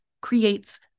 creates